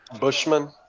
Bushman